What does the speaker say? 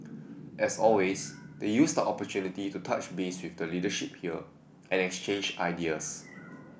as always they used the opportunity to touch base with the leadership here and exchange ideas